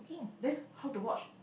then how to watch